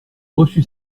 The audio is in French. reçu